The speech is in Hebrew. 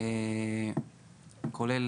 כולל